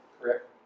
Correct